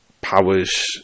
powers